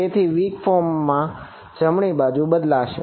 તેથી weak form માં જમણી બાજુ બદલાશે